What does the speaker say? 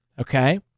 Okay